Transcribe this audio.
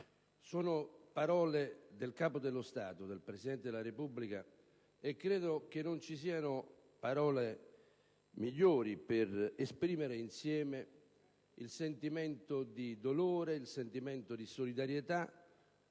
Sono parole del Capo dello Stato, del Presidente della Repubblica, e credo non ci siano parole migliori per esprimere insieme il sentimento di dolore, il sentimento di solidarietà